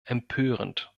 empörend